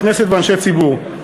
חברי כנסת ואנשי ציבור.